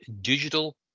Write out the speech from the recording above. digital